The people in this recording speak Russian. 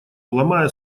ломая